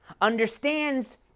understands